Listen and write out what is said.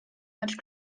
much